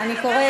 אני רוצה